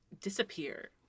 disappear